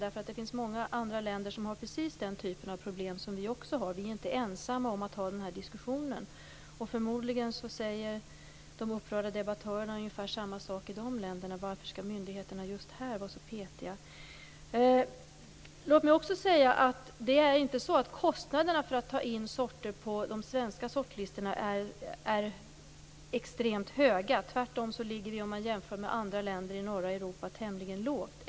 Det finns många länder som har den typ av problem som vi har. Vi är inte ensamma om att ha den här diskussionen. Förmodligen säger de upprörda debattörerna ungefär samma saker i de länderna: Varför skall myndigheterna just här vara så petiga? Låt mig också säga att det inte är så att kostnaderna för att ta in sorter på de svenska sortlistorna är extremt höga. Tvärtom ligger vi, jämfört med andra länder i norra Europa, tämligen lågt.